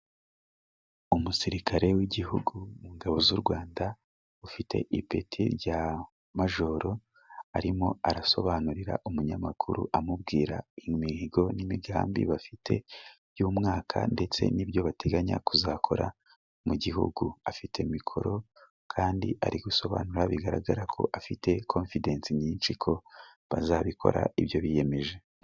Umusirikare w'igihugu mu ngabo z'u rwanda, ufite ipeti rya majoro arimo arasobanurira umunyamakuru amubwira imihigo n'imigambi bafite by'umwaka ndetse n'ibyo bateganya kuzakora mu gihugu, afite mikoro kandi ari gusobanura bigaragara ko afite cofidesi nyinshi ko bazabikora ibyo biyemeje.